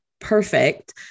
perfect